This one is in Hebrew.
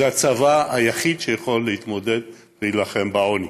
זה הצבא היחיד שיכול להתמודד ולהילחם בעוני,